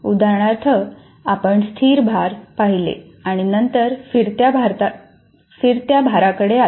उदाहरणार्थ आपण स्थिर भार पाहिले आणि नंतर फिरत्या भारांकडे आलो